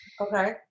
Okay